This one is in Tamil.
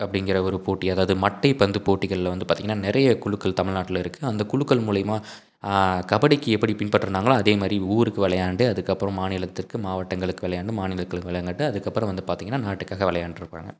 அப்டிங்கிற ஒரு போட்டி அதாவது மட்டைப்பந்து போட்டிகளில் வந்து பார்த்திங்கனா நிறைய குழுக்கள் தமிழ்நாட்ல இருக்குது அந்த குழுக்கள் மூலிமா கபடிக்கு எப்படி பின்பற்றுனாங்களோ அதே மாதிரி ஊருக்கு விளையாண்டு அதுக்கப்பறம் மாநிலத்திற்கு மாவட்டங்களுக்கு விளையாண்டு மாநிலங்களுக்கு அதுக்கப்புறம் வந்து பார்த்திங்கனா நாட்டுக்காக விளையாண்ட்ருப்பாங்க